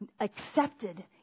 accepted